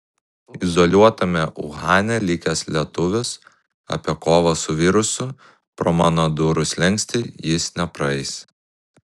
izoliuotame uhane likęs lietuvis apie kovą su virusu pro mano durų slenkstį jis nepraeis